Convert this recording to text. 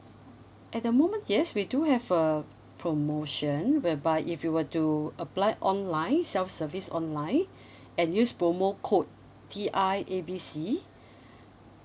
at the moment yes we do have a promotion whereby if you were to apply online self service online and use promo code T I A B C